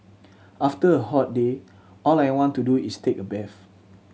after a hot day all I want to do is take a bath